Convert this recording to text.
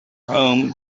home